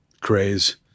craze